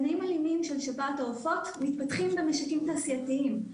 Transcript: זנים אלימים של שפעת העופות מתפתחים במשקים תעשייתיים.